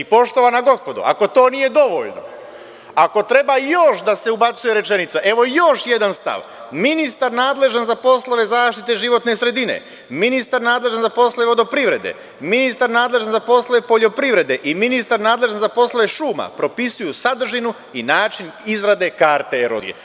Poštovana gospodo, ako to nije dovoljno, ako treba još da se ubacuje rečenica, evo još jedan stav – ministar nadležan za poslove zaštite životne sredine, ministar nadležan za poslove vodoprivrede, ministar nadležan za poslove poljoprivrede i ministar nadležan za poslove šuma, propisuju sadržinu i način izrade karte erozije.